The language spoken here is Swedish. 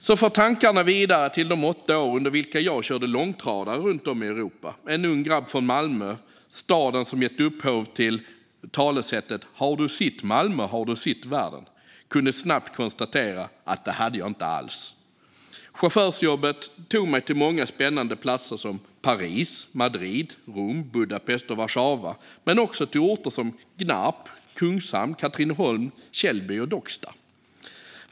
Så far tankarna vidare till de åtta år under vilka jag körde långtradare runt om i Europa. Jag var en ung grabb från Malmö, staden som gett upphov till talesättet "Haur du sitt Malmö har du sitt varden" men kunde ganska snabbt konstatera att det hade jag inte alls. Chaufförsjobbet tog mig till många spännande platser såsom Paris, Madrid, Rom, Budapest och Warszawa men också till orter som Gnarp, Kungshamn, Katrineholm, Källby och Docksta.